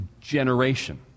generation